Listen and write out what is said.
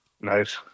Nice